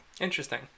Interesting